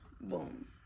boom